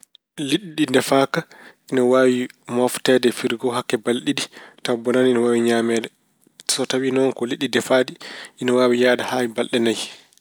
Liɗɗi ɗi ndefaaka, ina waawi moofteede e firgo hakke balɗe ɗiɗi tawa bonaani, ine waawi ñameede. So tawi noon ko liɗɗi defaaɗi, ina waawi yahde haa e balɗe nayi.